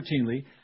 routinely